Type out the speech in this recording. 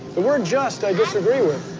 the word just, i disagree with.